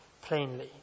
plainly